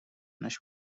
نشد